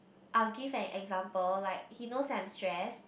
I'll give an example like he knows that I'm stressed